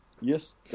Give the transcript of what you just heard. Yes